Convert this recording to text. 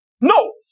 no